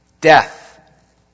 death